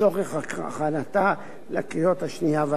לצורך הכנתה לקריאות השנייה והשלישית.